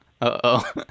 Uh-oh